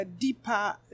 deeper